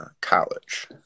college